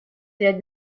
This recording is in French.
des